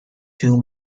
two